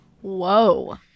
Whoa